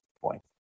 point